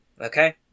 okay